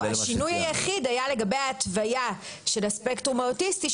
השינוי היחיד היה לגבי ההתוויה של הספקטרום האוטיסטי,